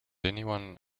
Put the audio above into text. anyone